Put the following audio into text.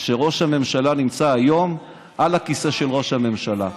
שראש הממשלה נמצא היום על הכיסא של ראש הממשלה.